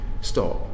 stop